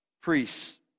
priests